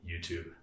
YouTube